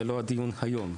זה לא הדיון היום,